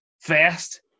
fast